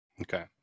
Okay